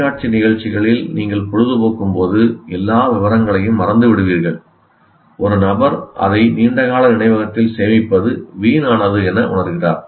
தொலைக்காட்சி நிகழ்ச்சிகளில் நீங்கள் பொழுதுபோக்கும் போது எல்லா விவரங்களையும் மறந்துவிடுவீர்கள் ஒரு நபர் அதை நீண்டகால நினைவகத்தில் சேமிப்பது வீணானது என உணர்கிறார்